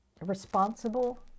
responsible